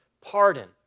pardon